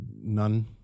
None